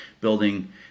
building